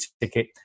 ticket